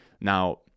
now